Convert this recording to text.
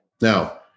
Now